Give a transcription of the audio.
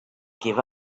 give